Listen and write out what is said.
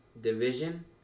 division